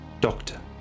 Doctor